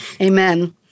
Amen